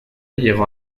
llegó